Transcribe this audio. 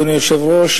אדוני היושב-ראש,